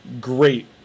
Great